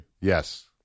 Yes